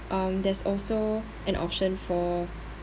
um there's also an option for